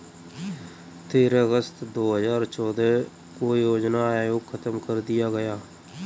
तेरह अगस्त दो हजार चौदह को योजना आयोग खत्म कर दिया गया